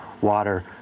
water